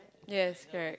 yes correct